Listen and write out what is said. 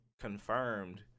confirmed